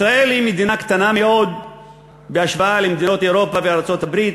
ישראל היא מדינה קטנה מאוד בהשוואה למדינות אירופה וארצות-הברית.